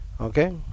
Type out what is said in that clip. Okay